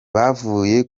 bavuye